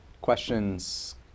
questions